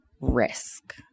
risk